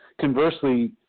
Conversely